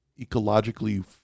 ecologically